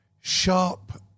sharp